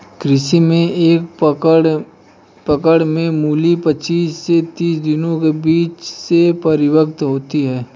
कृषि में एक पकड़ में मूली पचीस से तीस दिनों में बीज से परिपक्व होती है